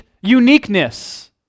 uniqueness